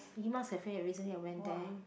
Mickey Mouse cafe recently I went there